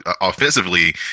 offensively